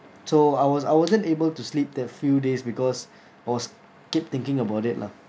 so I was I wasn't able to sleep that few days because I was keep thinking about it lah